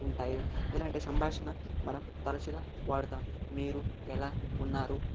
ఉంటాయి ఇలాంటి సంభాషణ మనం తరచుగా వాడుతాం మీరు ఎలా ఉన్నారు